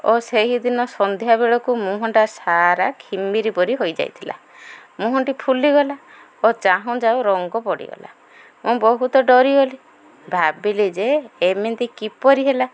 ଓ ସେହିଦିନ ସନ୍ଧ୍ୟାବେଳକୁ ମୁହଁଟା ସାରା ଘିମିରି ପରି ହୋଇଯାଇଥିଲା ମୁହଁଟି ଫୁଲିଗଲା ଓ ଚାହୁଁ ଚାହୁଁ ରଙ୍ଗ ପଡ଼ିଗଲା ମୁଁ ବହୁତ ଡରିଗଲି ଭାବିଲି ଯେ ଏମିତି କିପରି ହେଲା